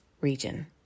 region